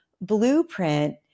blueprint